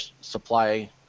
supply